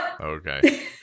Okay